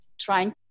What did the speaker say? trying